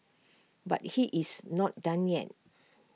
but he is not done yet